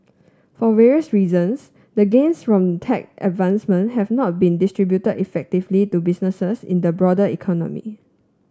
for various reasons the gains from tech advancement have not been distributed effectively to businesses in the broader economy